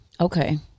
Okay